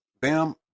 Bam